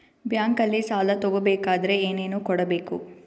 ಬ್ಯಾಂಕಲ್ಲಿ ಸಾಲ ತಗೋ ಬೇಕಾದರೆ ಏನೇನು ಕೊಡಬೇಕು?